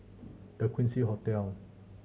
The Quincy Hotel